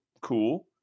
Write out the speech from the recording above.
cool